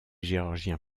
géorgiens